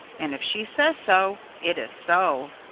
and if she says so, it is so.